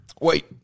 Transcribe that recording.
Wait